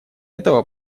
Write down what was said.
этого